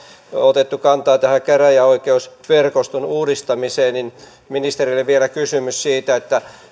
otettu kantaa tähän käräjäoikeusverkoston uudistamiseen niin ministerille vielä kysymys siitä